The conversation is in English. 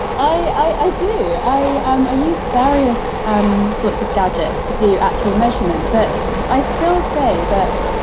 i do. i um i use various um sorts of gadgets to do actual measurement. but i still say that